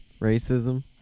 Racism